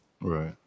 Right